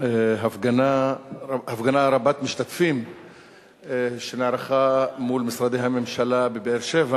בהפגנה רבת משתתפים שנערכה מול משרדי הממשלה בבאר-שבע